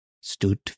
stood